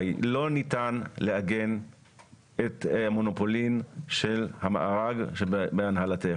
היא לא ניתן לעגן את המונופולין של המארג שבהנהלתך.